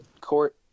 court